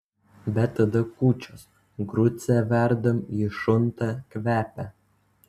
bet tada kūčios grucę verdam ji šunta kvepia